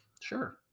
Sure